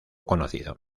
conocido